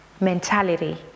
mentality